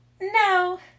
No